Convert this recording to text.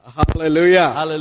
hallelujah